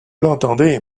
l’entendez